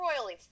royally